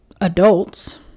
adults